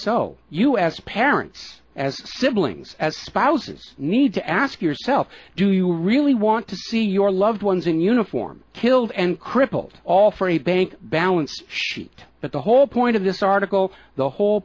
so you as parents as siblings as spouses need to ask yourself do you really want to see your loved ones in uniform killed and crippled all for a bank balance sheet but the whole point of this article the whole